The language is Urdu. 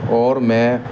اور میں